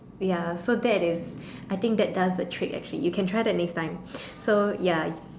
ya so that is I think that does a trick actually you can try that next time so ya